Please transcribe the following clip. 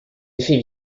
effets